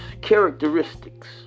Characteristics